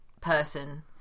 person